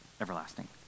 everlasting